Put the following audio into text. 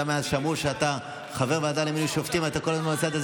שמעו שאתה חבר הוועדה למינוי שופטים ואתה כל הזמן בצד הזה.